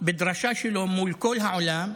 בדרשה שלו מול כל העולם,